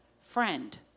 friend